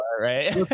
right